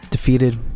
Defeated